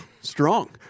strong